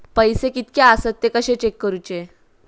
पैसे कीतके आसत ते कशे चेक करूचे?